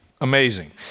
Amazing